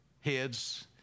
heads